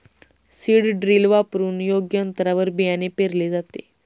seed drill वापरून योग्य अंतरावर बियाणे पेरले जाते